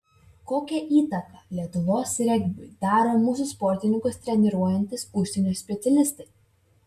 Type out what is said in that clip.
kokią įtaką lietuvos regbiui daro mūsų sportininkus treniruojantys užsienio specialistai